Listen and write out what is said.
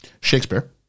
shakespeare